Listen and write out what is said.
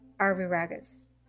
Arviragus